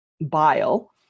bile